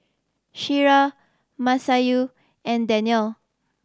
Syirah Masayu and Danial